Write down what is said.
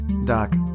Doc